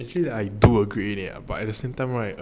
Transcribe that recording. actually I do agree ah but at the same time right